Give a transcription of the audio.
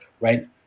right